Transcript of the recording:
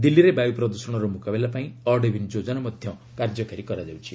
ଦିଲ୍ଲୀରେ ବାୟୁ ପ୍ରଦୃଷଣର ମୁକାବିଲା ପାଇଁ ଅଡ୍ ଇଭିନ୍ ଯୋଜନା କାର୍ଯ୍ୟକାରୀ କରାଯାଉଛି